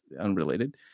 unrelated